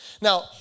Now